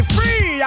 Free